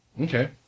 Okay